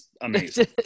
amazing